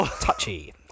Touchy